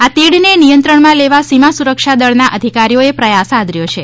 આ તીડને નિયંત્રણમાં લેવા સીમા સુરક્ષા દળના અધિકારીઓએ પ્રયાસ આદર્યો છે